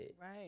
right